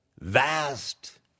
vast